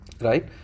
right